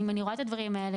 אני רואה את הדברים האלה.